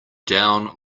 down